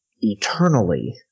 eternally